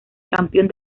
campeón